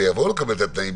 ויבואו לקבל את התנאים,